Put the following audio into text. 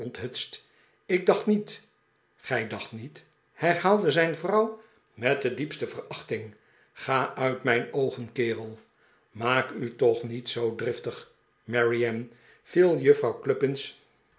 ik dacht niet gij dacht niet herhaalde zijn vrouw met de diepste verachting ga uit mijn oogen kerel maak u toch niet zoo driftig mary ann viel juffrouw